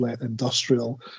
industrial